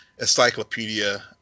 encyclopedia